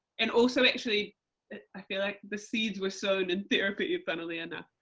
and also actually i feel like the seeds were sown in therapy funnily and